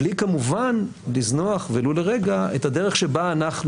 בלי כמובן לזנוח ולו לרגע את הדרך שבה אנחנו